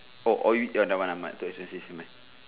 oh or you you never mind never mind too expensive never mind